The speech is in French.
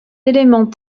éléments